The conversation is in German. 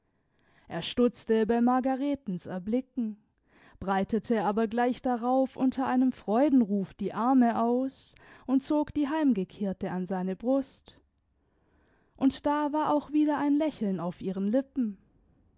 er stutzte bei margaretens erblicken breitete aber gleich darauf unter einem freudenruf die arme aus und zog die heimgekehrte an seine brust und da war auch wieder ein lächeln auf ihren lippen